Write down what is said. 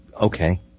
Okay